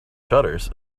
shutters